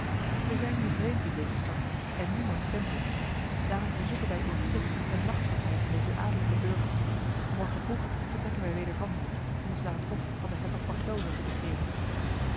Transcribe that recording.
we zijn hier vreemd in deze stad en niemand kent ons daarom verzoeken wij eerbiedig een nachtverblijf in dezen adellijken burcht morgen vroeg vertrekken wij weder van hier om ons naar het hof van den hertog van gelre te begeven